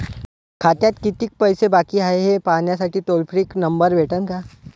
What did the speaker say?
खात्यात कितीकं पैसे बाकी हाय, हे पाहासाठी टोल फ्री नंबर भेटन का?